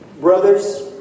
Brothers